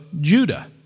Judah